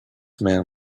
man